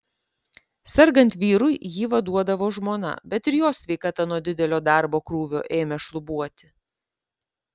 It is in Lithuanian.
sergant vyrui jį vaduodavo žmona bet ir jos sveikata nuo didelio darbo krūvio ėmė šlubuoti